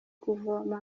kuvoma